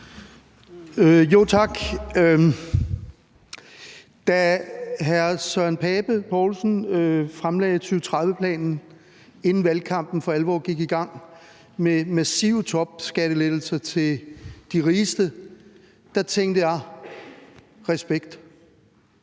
Tak. Da hr. Søren Pape Poulsen fremlagde 2030-planen, inden valgkampen for alvor gik i gang, med massive topskattelettelser til de rigeste, tænkte jeg: Respekt!